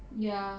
ya